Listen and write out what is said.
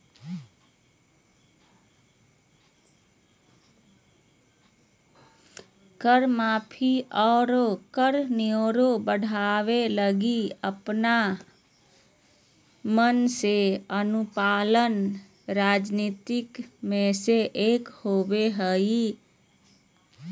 कर माफी, आरो कर रेवेन्यू बढ़ावे लगी अपन मन से अनुपालन रणनीति मे से एक होबा हय